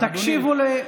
כן,